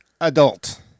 adult